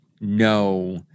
no